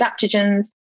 adaptogens